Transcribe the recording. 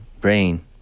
brain